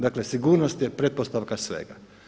Dakle sigurnost je pretpostavka svega.